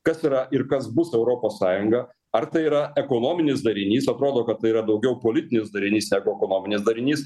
kas yra ir kas bus europos sąjunga ar tai yra ekonominis darinys atrodo kad tai yra daugiau politinis darinys negu ekonominis darinys